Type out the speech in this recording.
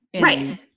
Right